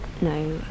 no